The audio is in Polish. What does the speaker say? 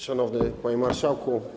Szanowny Panie Marszałku!